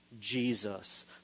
Jesus